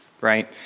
right